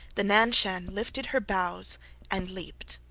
the nan-shan lifted her bows and leaped.